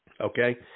Okay